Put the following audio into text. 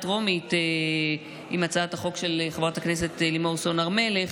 טרומית עם הצעת החוק של חברת הכנסת לימור סון הר מלך,